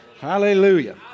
Hallelujah